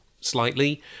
slightly